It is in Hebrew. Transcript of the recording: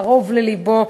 קרוב ללבו,